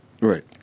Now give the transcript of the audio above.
Right